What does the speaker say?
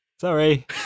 Sorry